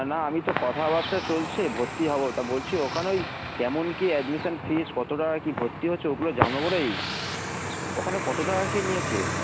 না আমি তো কথাবার্তা চলছে ভর্তি হব তা বলছি ওখানে ওই কেমন কী অ্যাডমিশন ফিজ কত টাকা কী ভর্তি হচ্ছে ওগুলো জানব বলেই ওখানে কত টাকা কী নিয়েছে